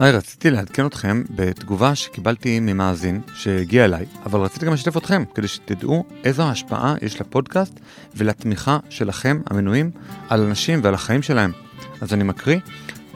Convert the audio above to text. היי, רציתי לעדכם אתכם בתגובה שקיבלתי ממאזין שהגיעה אליי, אבל רציתי גם לשתף אתכם כדי שתדעו איזו ההשפעה יש לפודקאסט ולתמיכה שלכם המנויים על אנשים ועל החיים שלהם. אז אני מקריא: